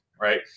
right